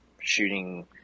shooting